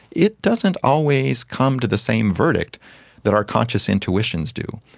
it doesn't always come to the same verdict that our conscious intuitions do.